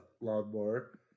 lawnmower